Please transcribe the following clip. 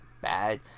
bad